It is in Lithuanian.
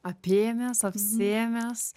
apėmęs apsėmęs